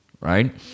right